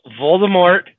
Voldemort